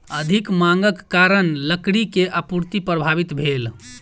अधिक मांगक कारण लकड़ी के आपूर्ति प्रभावित भेल